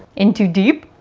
in too deep?